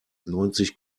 neunzig